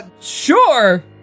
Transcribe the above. sure